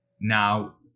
Now